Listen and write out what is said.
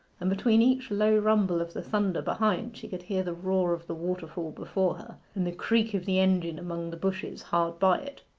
and between each low rumble of the thunder behind she could hear the roar of the waterfall before her, and the creak of the engine among the bushes hard by it.